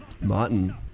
Martin